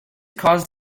caused